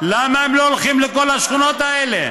למה הם לא הולכים לכל השכונות האלה?